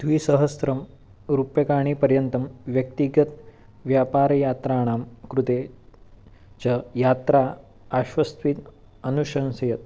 द्विसहस्रं रूप्यकाणि पर्यन्तं व्यक्तिगतव्यापारयात्राणां कृते च यात्रा आश्वस्तिम् अनुशंसय